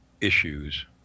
issues